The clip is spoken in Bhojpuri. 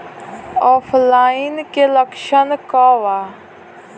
ऑफलाइनके लक्षण क वा?